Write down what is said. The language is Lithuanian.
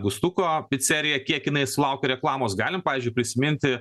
gustuko picerija kiek jinai sulaukė reklamos galim pavyzdžiui prisiminti